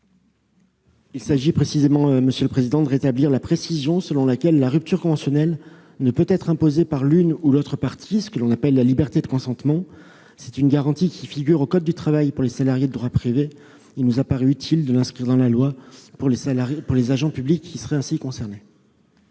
Cet amendement a pour objet de rétablir la précision selon laquelle la rupture conventionnelle ne peut être imposée par l'une ou l'autre partie. C'est ce que l'on appelle la liberté de consentement. Cette garantie figure dans le code du travail pour les salariés de droit privé. Il nous apparaît utile de l'inscrire dans la loi pour les agents publics concernés.